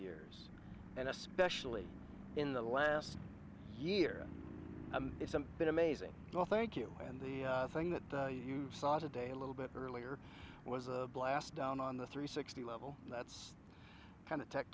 years and especially in the last year it's been amazing so thank you and the thing that you saw today a little bit earlier was a blast down on the three sixty level that's kind of tech